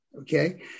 okay